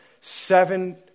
seven